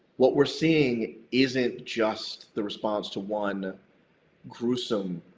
what we're seeing isn't just the response to one gruesome,